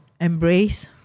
Embrace